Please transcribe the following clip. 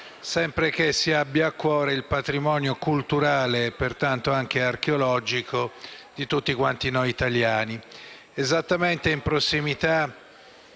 sempre che si abbia a cuore il patrimonio culturale e pertanto anche archeologico di tutti quanti noi italiani.